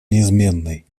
неизменной